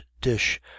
dish